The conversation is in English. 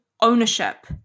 ownership